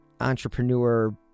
entrepreneur